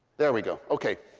there we go, okay.